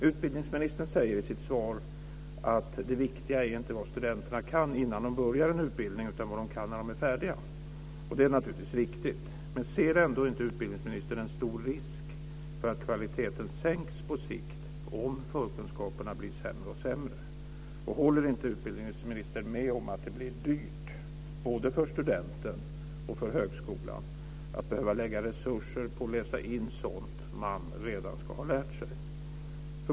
Utbildningsministern säger i sitt svar att det viktiga inte är vad studenterna kan innan de börjar en utbildning, utan vad de kan när de är färdiga. Det är naturligtvis riktigt. Men ser utbildningsministern ändå inte en stor risk för att kvaliteten sänks på sikt om förkunskaperna blir sämre och sämre? Håller inte utbildningsministern med om att det blir dyrt både för studenten och för högskolan att behöva lägga resurser på att läsa in sådant som man redan ska ha lärt sig?